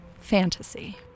fantasy